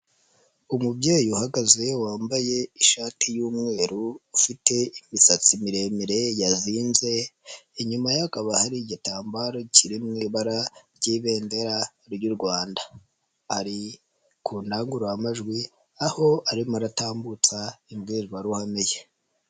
Umubyeyi uhagaze wambaye ishati y'umweru, ufite imisatsi miremire yazinze, inyuma ye hakaba hari igitambaro kiri mu ibara ry'ibendera ry'u Rwanda. Ari ku ndangururamajwi aho arimo aratambutsa imbwirwaruhame ye.